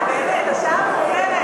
חבל, באמת, השעה מאוחרת.